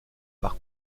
par